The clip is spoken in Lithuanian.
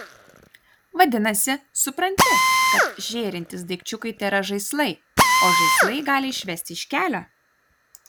vadinasi supranti kad žėrintys daikčiukai tėra žaislai o žaislai gali išvesti iš kelio